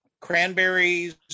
Cranberries